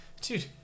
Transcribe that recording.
dude